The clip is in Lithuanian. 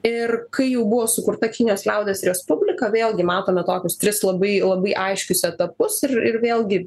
ir kai jau buvo sukurta kinijos liaudies respublika vėlgi matome tokius tris labai labai aiškius etapus ir ir vėlgi